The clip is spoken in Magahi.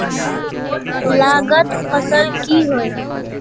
लागत फसल की होय?